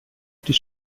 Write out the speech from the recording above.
die